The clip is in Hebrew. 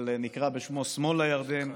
אבל נקרא בשם "שמאל הירדן".